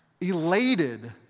elated